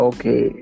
Okay